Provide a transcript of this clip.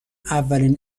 اولین